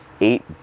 eight